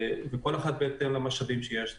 כל אחת בהתאם למשאבים שיש לה.